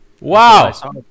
Wow